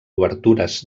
obertures